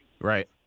right